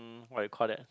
what you call that